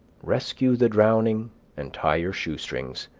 rescue the drowning and tie your shoestrings.